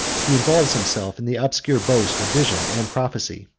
he involves himself in the obscure boast of vision and prophecy,